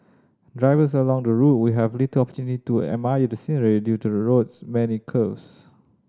drivers along the route will have little opportunity to admire the scenery due to the road's many curves